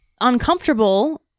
uncomfortable